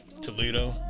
Toledo